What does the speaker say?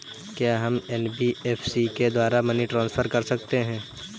क्या हम एन.बी.एफ.सी के द्वारा मनी ट्रांसफर कर सकते हैं?